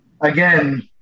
again